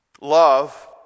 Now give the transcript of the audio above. Love